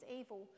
evil